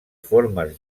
formes